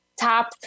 top